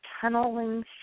tunneling